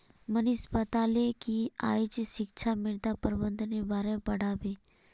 मनीष बताले कि आइज शिक्षक मृदा प्रबंधनेर बार पढ़ा बे